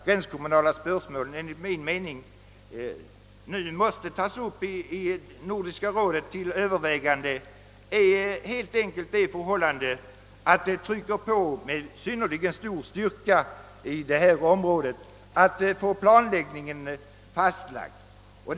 gorna enligt min mening nu bör tas upp till övervägande i Nordiska rådet är helt enkelt det förhållandet, att det brådskar med att få planläggningen fastlagd i detta område.